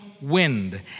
wind